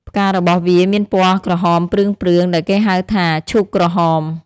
ផ្ការបស់វាមានពណ៌ក្រហមព្រឿងៗ ដែលគេហៅថា ឈូកក្រហម។